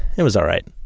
it was all right